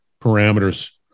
parameters